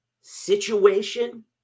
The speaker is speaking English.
situation